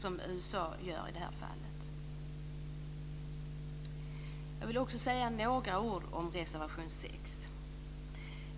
som USA gör i det här fallet? Jag vill också säga några ord om reservation 6.